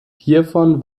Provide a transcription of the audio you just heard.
hiervon